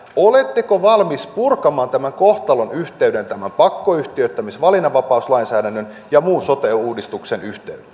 oletteko valmis purkamaan tämän kohtalonyhteyden pakkoyhtiöittämis ja valinnanvapauslainsäädännön ja muun sote uudistuksen väliltä